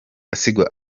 gasigwa